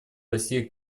россии